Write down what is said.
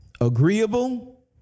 agreeable